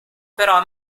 però